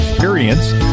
experience